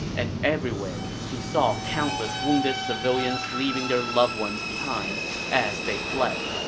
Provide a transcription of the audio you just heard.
and everywhere he saw countless wounded civilians leaving their loved ones behind as they fled